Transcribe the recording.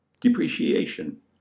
Depreciation